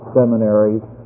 seminaries